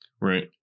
Right